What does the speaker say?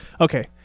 Okay